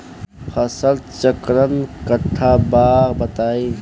फसल चक्रण कट्ठा बा बताई?